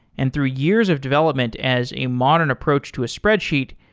and through years of development as a modern approach to a spreadsheet,